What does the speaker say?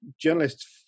Journalists